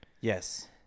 Yes